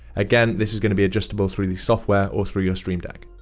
again, this is going to be adjustable through the software or through your stream deck.